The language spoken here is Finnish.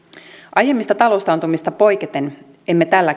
aiemmista taloustaantumista poiketen emme tällä